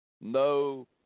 no